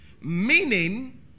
Meaning